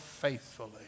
faithfully